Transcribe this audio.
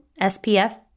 SPF